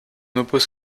oppose